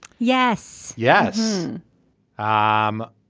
yes. yes um